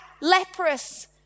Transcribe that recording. leprous